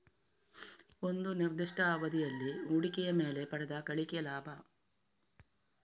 ಒಂದು ನಿರ್ದಿಷ್ಟ ಅವಧಿಯಲ್ಲಿ ಹೂಡಿಕೆಯ ಮೇಲೆ ಪಡೆದ ಗಳಿಕೆ ಲಾಭ